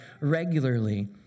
regularly